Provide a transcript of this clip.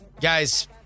Guys